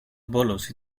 bolos